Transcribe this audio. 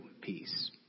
peace